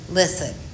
listen